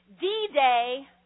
D-Day